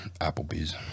Applebee's